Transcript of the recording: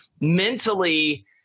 Mentally